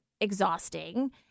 exhausting